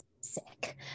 sick